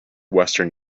western